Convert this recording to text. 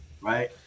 Right